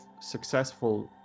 successful